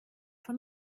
von